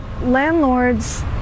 landlords